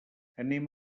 anem